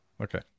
Okay